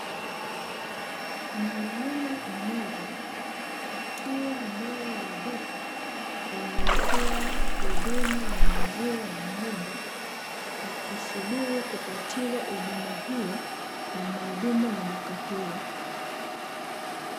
Mwanaume mmoja, akiwa mbele ya duka linalotoa huduma ya maziwa ya ng'ombe, akisubiri kupatiwa huduma hiyo na mhudumu wa duka hilo.